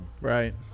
right